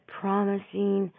promising